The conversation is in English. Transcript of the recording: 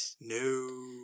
No